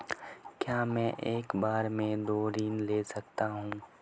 क्या मैं एक बार में दो ऋण ले सकता हूँ?